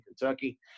Kentucky